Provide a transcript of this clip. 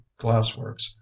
glassworks